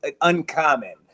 Uncommon